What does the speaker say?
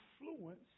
influence